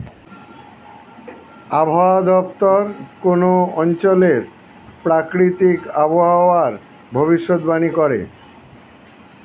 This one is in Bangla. আবহাওয়া দপ্তর কোন অঞ্চলের প্রাকৃতিক আবহাওয়ার ভবিষ্যতবাণী করে